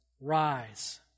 Rise